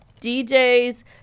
DJ's